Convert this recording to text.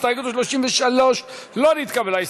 הסתייגות 32 לא נתקבלה.